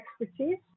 expertise